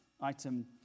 item